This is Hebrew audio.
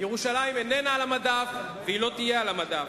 ירושלים איננה על המדף והיא לא תהיה על המדף,